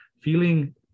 feeling